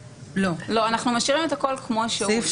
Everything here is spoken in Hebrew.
לא, אנחנו משאירים את הכול כמו שהוא.